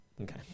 Okay